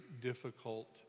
difficult